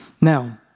Now